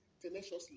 tenaciously